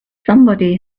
somebody